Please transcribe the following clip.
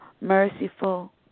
merciful